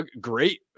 great